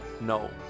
no